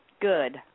good